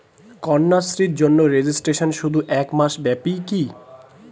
কন্যাশ্রীর জন্য রেজিস্ট্রেশন শুধু এক মাস ব্যাপীই কি?